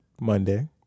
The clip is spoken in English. Monday